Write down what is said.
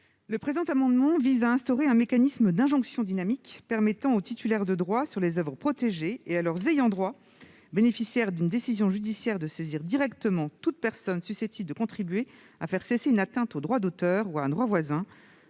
Le présent amendement vise à instaurer un mécanisme d'injonction dynamique permettant aux titulaires de droits sur les oeuvres protégées et à leurs ayants droit bénéficiaires d'une décision judiciaire de saisir directement toute personne susceptible de contribuer à faire cesser une atteinte au droit d'auteur ou à un droit voisin,